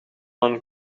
een